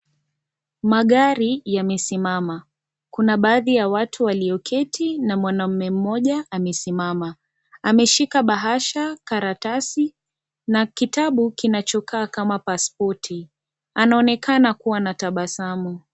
Magari yamesimama. Kuna baadhi ya watu walioketi na mwanaume mmoja amesimama. Ameshika bahasha, karatasi na kitabu kinachokaa kama paspoti. Anaonekana kuwa na tabasamu.